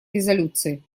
резолюции